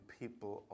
people